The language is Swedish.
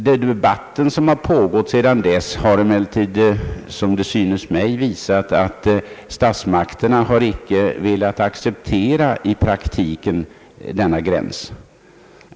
Den debatt som har pågått sedan dess har emellertid som det synes mig visat att statsmakterna i praktiken icke har velat acceptera denna gräns.